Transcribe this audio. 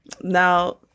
Now